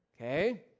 okay